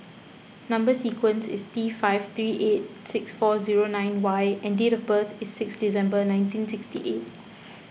Number Sequence is T five three eight six four zero nine Y and date of birth is six December nineteen sixty eight